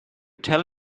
tell